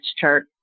chart